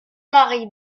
marie